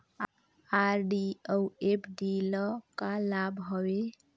RD अऊ FD ल का लाभ हवे?